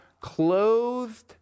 clothed